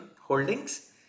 holdings